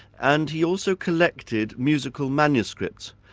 and he also collected musical manuscripts,